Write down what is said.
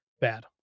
bad